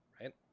right